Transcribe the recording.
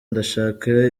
ndashaka